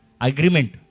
agreement